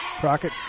Crockett